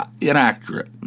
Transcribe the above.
inaccurate